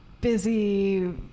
busy